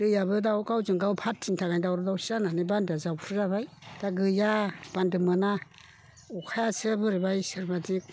दैआबो दा गावजोंगाव पार्टिनि थाखायनो दावराव दावसि जानानै बान्दोआ जावफ्रुजाबाय दा गैया बान्दो मोना अखायासो बोरैबा इसोरबादि